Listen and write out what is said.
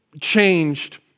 changed